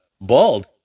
bald